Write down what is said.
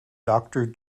doctor